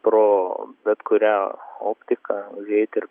pro bet kurią optiką užeit ir